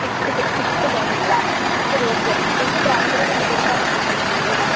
sixth sixth டென்னுங்களா சரி okay அப்படின்னா இப்போ அதை விட கொஞ்சம் பெருசாக நீங்கள்